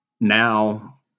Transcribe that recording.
Now